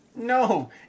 No